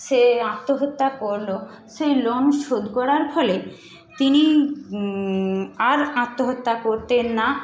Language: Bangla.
সে আত্মহত্যা করলো সে লোন শোধ করার ফলে তিনি আর আত্মহত্যা করতেন না